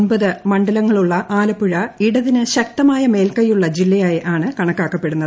ഒൻപത് മണ്ഡലങ്ങളുള്ള ആലപ്പുഴ ഇടതിന് ശക്തമായ മേൽക്കൈയുള്ള ജില്ലയായി ആണ് കണക്കാക്കപ്പെടുന്നത്